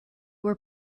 were